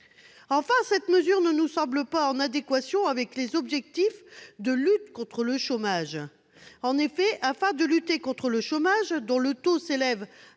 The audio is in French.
Enfin, cette mesure ne nous semble pas en adéquation avec les objectifs de lutte contre le chômage. En effet, afin de lutter contre le chômage, dont le taux s'élève